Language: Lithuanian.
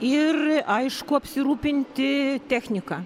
ir aišku apsirūpinti technika